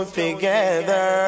together